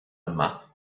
yma